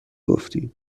گفتی